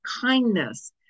kindness